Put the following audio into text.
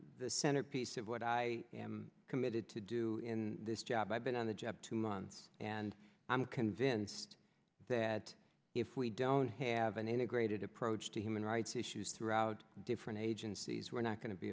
the centerpiece of what i am committed to do in this job i've been on the job to my and i'm convinced that if we don't have an integrated approach to human rights issues throughout different agencies we're not going to be